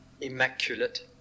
immaculate